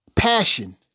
passion